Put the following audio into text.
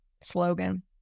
slogan